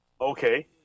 Okay